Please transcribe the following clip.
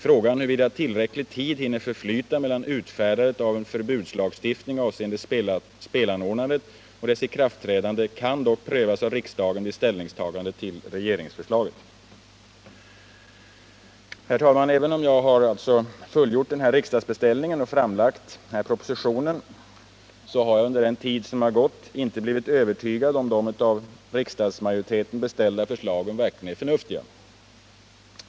Frågan huruvida tillräcklig tid hinner förflyta mellan utfärdandet av en förbudslagstiftning avseende spelanordnandet och dess ikraftträdande kan dock prövas av riksdagen vid ställningstagandet till regeringsförslaget.” Herr talman! Även om jag har fullgjort den här riksdagsbeställningen och framlagt propositionen, så har jag under den tid som har gått inte blivit övertygad om att de av riksdagsmajoriteten beställda förslagen verkligen är förnuftiga.